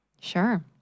Sure